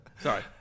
Sorry